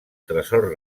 tresor